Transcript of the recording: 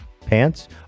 Pants